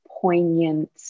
poignant